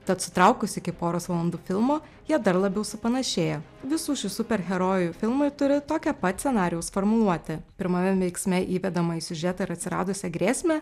tad sutraukus iki poros valandų filmo jie dar labiau supanašėja visų šių superherojų filmai turi tokią pat scenarijaus formuluotę pirmame veiksme įvedama į siužetą ir atsiradusią grėsmę